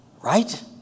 Right